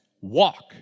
Walk